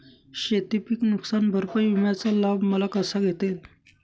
शेतीपीक नुकसान भरपाई विम्याचा लाभ मला कसा घेता येईल?